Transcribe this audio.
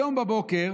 היום בבוקר